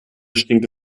stinkt